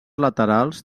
laterals